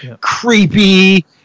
creepy